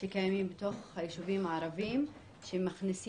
שקיימים בתוך היישובים הערביים שמכניסים